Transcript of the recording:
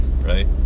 right